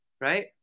right